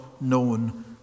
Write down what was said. known